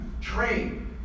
Train